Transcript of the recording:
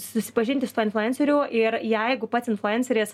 susipažinti su tuo influencerio ir jeigu pats influenceris